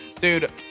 Dude